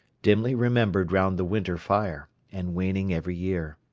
dimly remembered round the winter fire, and waning every year.